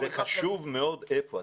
מר דיכטר, זה חשוב מאוד איפה.